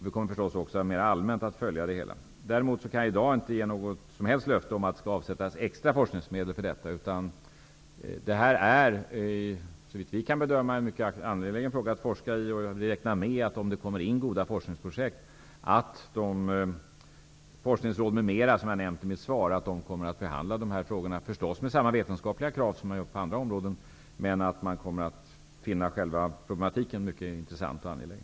Vi kommer förstås också att följa det hela mer allmänt. Däremot kan jag inte i dag ge något som helst löfte om att det skall avsättas extra forskningsmedel. Detta är dock, såvitt vi kan bedöma, en mycket angelägen fråga att forska i. Om det kommer in goda forskningsprojekt räknar jag med att de forskningsråd m.m. som jag nämnt i mitt svar kommer att behandla dessa frågor med samma vetenskapliga krav som man gör på andra områden. Men jag tror att man kommer att finna själva problemet mycket intressant och angeläget.